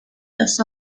los